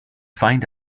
find